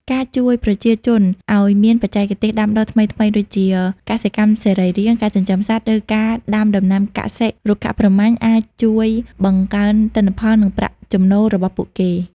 ការជួយប្រជាជនឱ្យមានបច្ចេកទេសដាំដុះថ្មីៗដូចជាកសិកម្មសរីរាង្គ ការចិញ្ចឹមសត្វ ឬការដាំដំណាំកសិ-រុក្ខាប្រមាញ់អាចជួយបង្កើនទិន្នផល និងប្រាក់ចំណូលរបស់ពួកគេ។